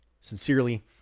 Sincerely